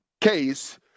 case